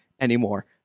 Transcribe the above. anymore